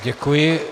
Děkuji.